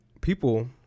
people